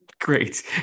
Great